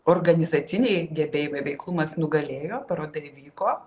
organizaciniai gebėjimai veiklumas nugalėjo paroda įvyko